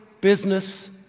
business